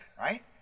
right